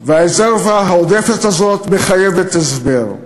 והרזרבה העודפת הזאת מחייבת הסבר.